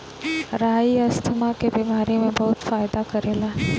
राई asthma के बेमारी में बहुते फायदा करेला